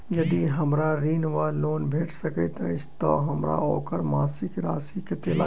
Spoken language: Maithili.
यदि हमरा ऋण वा लोन भेट सकैत अछि तऽ हमरा ओकर मासिक राशि कत्तेक लागत?